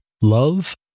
love